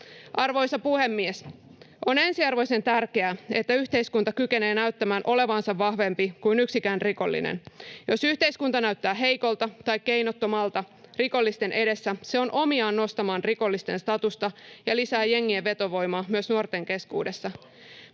Arvoisa puhemies! On ensiarvoisen tärkeää, että yhteiskunta kykenee näyttämään olevansa vahvempi kuin yksikään rikollinen. Jos yhteiskunta näyttää heikolta tai keinottomalta rikollisten edessä, se on omiaan nostamaan rikollisten statusta ja lisää jengien vetovoimaa myös nuorten keskuudessa.